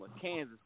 Kansas